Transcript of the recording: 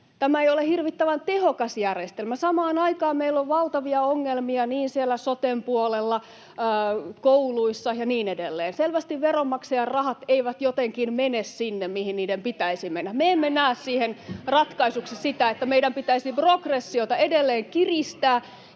tämä ei ole hirvittävän tehokas järjestelmä. Samaan aikaan meillä on valtavia ongelmia siellä soten puolella, kouluissa ja niin edelleen. Selvästi veronmaksajan rahat eivät jotenkin mene sinne, mihin niiden pitäisi mennä. Me emme näe siihen ratkaisuksi sitä, että meidän pitäisi progressiota edelleen kiristää